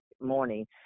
morning